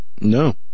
No